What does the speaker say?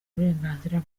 uburenganzira